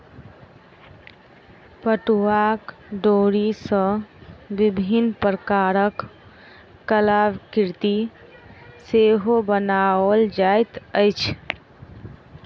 पटुआक डोरी सॅ विभिन्न प्रकारक कलाकृति सेहो बनाओल जाइत अछि